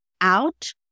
out